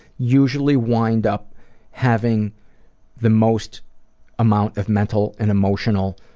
usually wind up having the most amount of mental and emotional